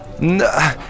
no